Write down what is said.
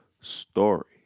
story